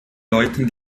leuten